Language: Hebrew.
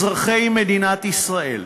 אזרחי מדינת ישראל.